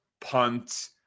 punt